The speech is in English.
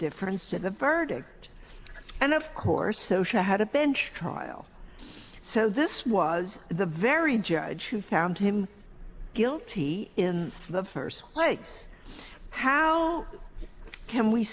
difference to the verdict and of course osha had a bench trial so this was the very judge who found him guilty in the first place how can we